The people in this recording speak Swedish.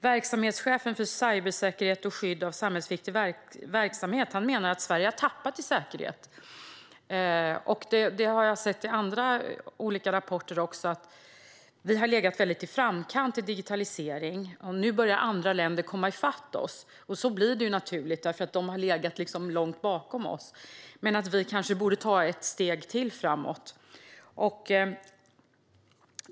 Verksamhetschefen för cybersäkerhet och skydd av samhällsviktig verksamhet menar att Sverige har tappat i säkerhet. Jag har sett även i andra rapporter att vi har legat i framkant i fråga om digitalisering. Nu börjar andra länder komma ifatt oss. Så blir det naturligt, därför att de har legat långt bakom oss. Men vi kanske borde ta ett steg till framåt.